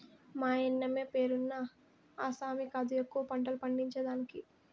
మాయన్నమే పేరున్న ఆసామి కాదు ఎక్కువ పంటలు పండించేదానికి